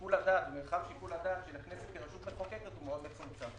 מרחב שיקול הדעת של הכנסת כרשות מחוקקת מאוד מצומצם.